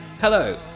hello